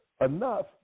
enough